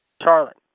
Charlotte